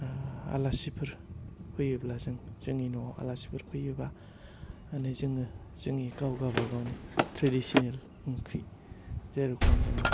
आलासिफोर फैयोब्ला जों जोंनि न'आव आलासिफोर फैयोबा होननानै जोङो जोंनि गाव गावबा गावनि ट्रेदिसनेल ओंख्रि जेरिखम जोङो